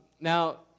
now